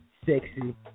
sexy